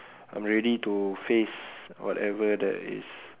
I'm ready to face whatever there is